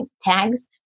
tags